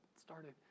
started